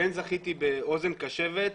כן זכיתי באוזן קשבת.